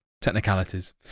technicalities